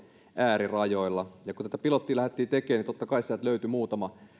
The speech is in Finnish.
äärirajoilla kun tätä pilottia lähdettiin tekemään niin totta kai sieltä löytyi muutama